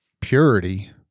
purity